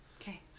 Okay